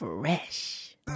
Fresh